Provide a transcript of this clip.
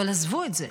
אבל עזבו את זה.